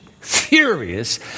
furious